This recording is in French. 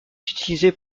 utilisées